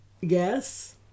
Yes